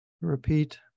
repeat